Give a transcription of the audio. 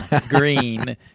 green